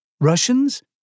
Russians